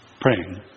praying